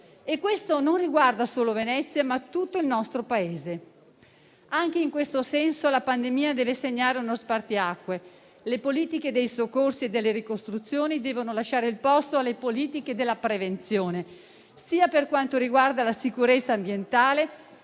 e questo non riguarda solo Venezia, ma tutto il nostro Paese. Anche in questo senso la pandemia deve segnare uno spartiacque: le politiche dei soccorsi e delle ricostruzioni devono lasciare il posto alle politiche della prevenzione per quanto riguarda sia la sicurezza ambientale